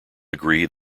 agree